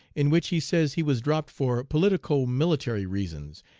in which he says he was dropped for politico-military reasons,